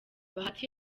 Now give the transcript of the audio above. bahati